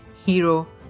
Hero